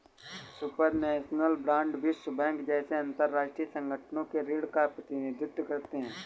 supranational bond विश्व bank जैसे अंतरराष्ट्रीय संगठनों के ऋण का प्रतिनिधित्व करते हैं